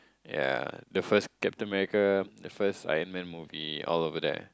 yea the first Captain-America the first slide man movie all over there